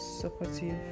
supportive